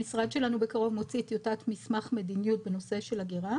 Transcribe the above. המשרד שלנו בקרוב מוציא טיוטת מסמך מדיניות בנושא של אגירה,